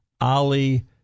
Ali